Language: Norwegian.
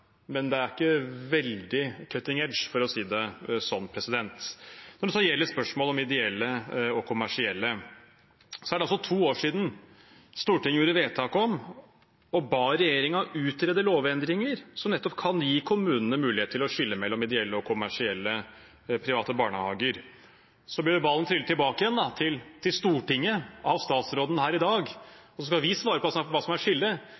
men det er ikke veldig «cutting edge», for å si det sånn. Men så gjelder spørsmålet ideelle og kommersielle. Det er to år siden Stortinget gjorde vedtak om å be regjeringen utrede lovendringer som nettopp kan gi kommunene mulighet til å skille mellom ideelle og kommersielle private barnehager. Så blir ballen trillet tilbake igjen til Stortinget av statsråden her i dag, og så skal vi svare på hva som er skillet. Men det er en bestilling til regjeringen om faktisk å utrede skillet,